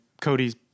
Cody's